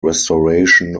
restoration